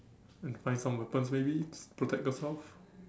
and find some weapons maybe protect yourself